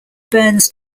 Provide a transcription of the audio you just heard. burns